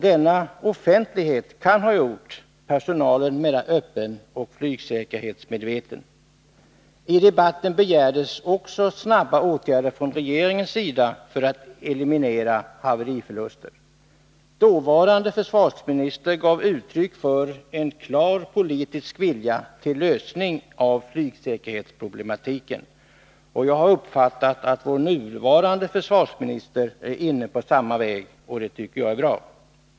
Denna offentlighet kan ha gjort personalen mera öppen och flygsäkerhetsmedveten. I debatten begärdes också snabba åtgärder från regeringens sida för att eliminera haveriförluster. Dåvarande försvarsministern gav uttryck för en klar politisk vilja till lösning av flygsäkerhetsproblematiken. Jag har uppfattat att vår nuvarande försvarsminister är inne på samma väg, och det tycker jag är bra.